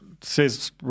says